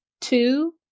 two